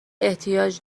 احتیاج